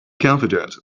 confident